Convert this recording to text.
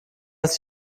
ist